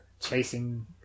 chasing